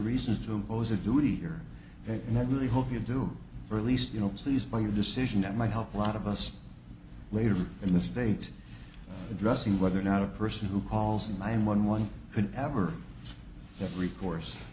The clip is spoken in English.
reasons to impose a duty here and i really hope you do for at least you know please by your decision that might help a lot of us later in the state addressing whether or not a person who calls and i am one one can ever have recourse